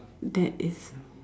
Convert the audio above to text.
that is